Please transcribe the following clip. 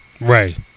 right